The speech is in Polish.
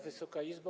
Wysoka Izbo!